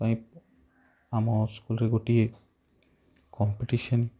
ପାଇଁ ଆମ ସ୍କୁଲ୍ରେ ଗୋଟିଏ କମ୍ପିଟିସନ